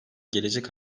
gelecek